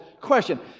Question